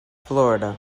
florida